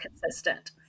consistent